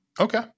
Okay